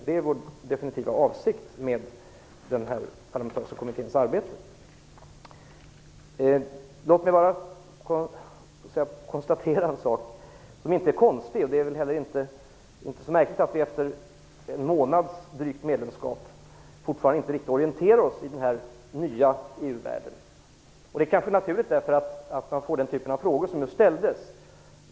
Det är vår definitiva avsikt med den parlamentariska kommitténs arbete. Låt mig konstatera en sak som inte är så konstig. Det är väl inte alls märkligt att vi bara drygt en månads medlemskap fortfarande inte riktigt orienterar oss i den här nya EU-världen. Det är kanske naturligt att man får den typ av frågor som just ställdes.